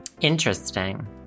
Interesting